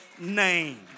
name